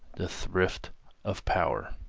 the thrift of power.